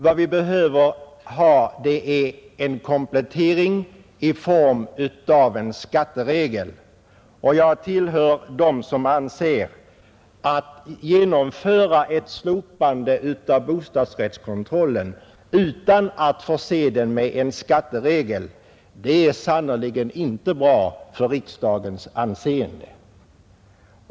Vi behöver en komplettering i form av en skatteregel, och jag tillhör dem som anser att ett slopande av bostadsrättskontrollen, utan att förse den med en skatteregel, sannerligen inte är bra för riksdagens anseende.